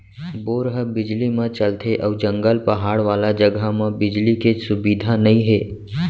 bore ह बिजली म चलथे अउ जंगल, पहाड़ वाला जघा म बिजली के सुबिधा नइ हे